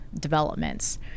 developments